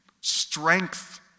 strength